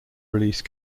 release